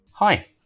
Hi